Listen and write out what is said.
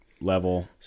level